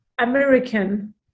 American